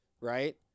right